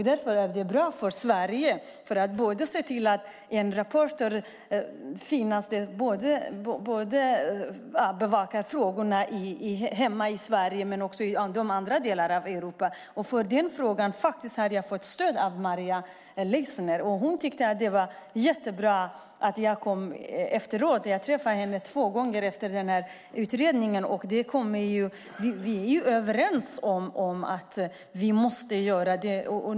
Därför är det bra för Sverige att se till att man bevakar detta både i Sverige och i andra delar av Europa. I denna fråga har jag fått stöd av Maria Leissner. Hon tyckte att det var jättebra. Jag träffade henne två gånger efter utredningen, och vi är överens om att vi måste göra detta.